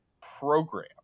program